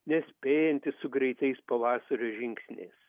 nespėjantys su greitais pavasario žingsniais